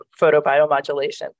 photobiomodulation